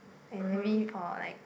and maybe for like